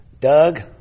Doug